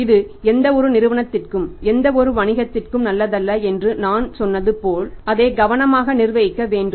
இது எந்தவொரு நிறுவனத்திற்கும் எந்தவொரு வணிகத்திற்கும் நல்லதல்ல என்று நான் சொன்னது போல் அதை கவனமாக நிர்வகிக்க வேண்டும்